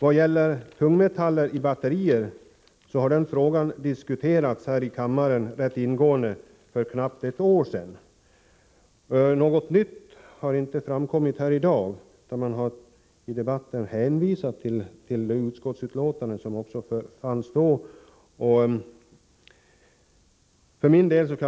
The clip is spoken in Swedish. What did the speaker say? Frågan om tungmetaller i batterier diskuterades rätt ingående här i kammaren för knappt ett år sedan. Något nytt har inte framkommit i dagens debatt, utan man har hänvisat till det utskottsbetänkande som då var aktuellt.